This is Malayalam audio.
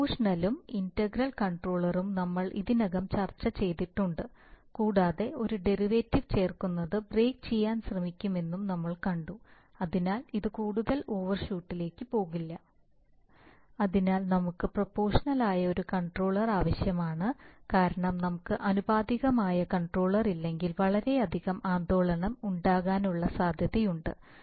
പ്രൊപോഷണലും ഇന്റഗ്രൽ കണ്ട്രോളറും നമ്മൾ ഇതിനകം ചർച്ചചെയ്തിട്ടുണ്ട് കൂടാതെ ഒരു ഡെറിവേറ്റീവ് ചേർക്കുന്നത് ബ്രേക്ക് ചെയ്യാൻ ശ്രമിക്കുമെന്നും നമ്മൾ കണ്ടു അതിനാൽ ഇത് കൂടുതൽ ഓവർഷൂട്ടിലേക്ക് പോകില്ല കാണുക സ്ലൈഡ് സമയം 1727 അതിനാൽ നമുക്ക് പ്രൊപോഷണൽ ആയ ഒരു കൺട്രോളർ ആവശ്യമാണ് കാരണം നമുക്ക് ആനുപാതികമായ കൺട്രോളർ ഇല്ലെങ്കിൽ വളരെയധികം ആന്ദോളനം ഉണ്ടാകാനുള്ള സാധ്യതയുണ്ട്